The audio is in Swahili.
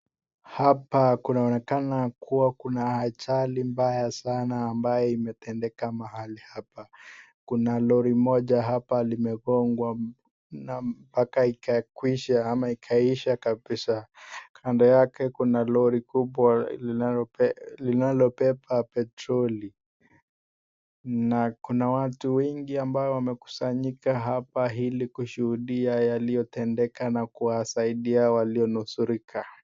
Hapa kunaonekana kuwa kuna ajali mbaya sana ambayo imetendeka mahali hapa. Kuna lori moja hapa limegongwa na mpaka ikakwisha ama ikaisha kabisa. Kando yake kuna lori kubwa linalobeba petroli. Na kuna watu wengi ambao wamekusanyika hapa ili kushuhudia yaliyotendeka na kuwasaidia walionusurika.